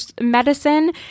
medicine